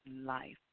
life